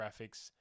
Graphics